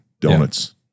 donuts